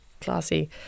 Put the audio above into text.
classy